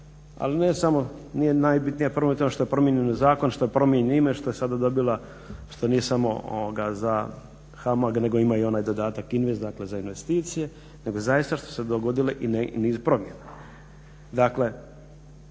ali ne samo nije najbitnije to što je promijenjen zakon što je promijenjeno ime što je sada dobila što nije samo za HAMAG nego ima i onaj dodatak INVEST dakle za investicije nego zaista što se dogodile i niz promjena. Dakle